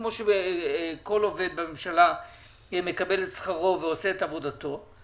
כפי שכל עובד בממשלה מקבל את שכרו ועושה את עבודתו,